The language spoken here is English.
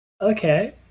Okay